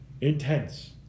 Intense